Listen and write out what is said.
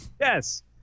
Yes